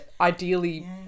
ideally